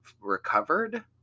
recovered